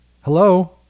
Hello